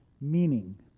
meaning